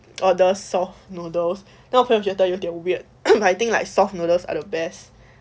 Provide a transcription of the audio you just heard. order soft noodles then 我朋友觉得有点 weird um I think like soft noodles are the best